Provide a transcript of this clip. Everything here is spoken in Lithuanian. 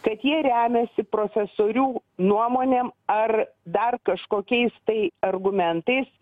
kad jie remiasi profesorių nuomonėm ar dar kažkokiais tai argumentais